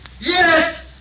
Yes